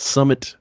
Summit